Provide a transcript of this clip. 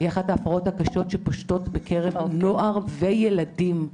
היא אחת ההפרעות הקשות שפושטות בקרב נוער וילדים,